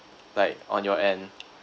like on your end